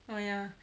oh ya